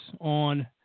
on